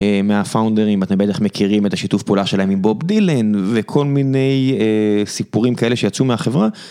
מהפאונדרים, אתם בטח מכירים את השיתוף פעולה שלהם עם בוב דילן וכל מיני סיפורים כאלה שיצאו מהחברה.